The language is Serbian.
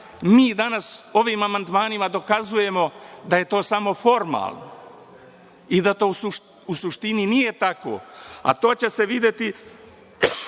mi danas ovim amandmanima dokazujemo da je to samo formalno i da u suštini nije tako, a to će se videti